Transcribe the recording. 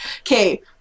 okay